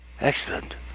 Excellent